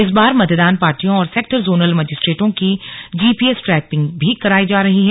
इस बार मतदान पार्टियों और सेक्टर जोनल मजिस्ट्रेटों की जीपीएस ट्रैकिंग भी कराई जा रही हैं